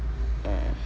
mm